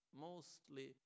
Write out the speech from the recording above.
mostly